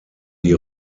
die